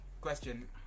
question